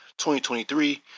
2023